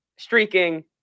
streaking